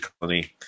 colony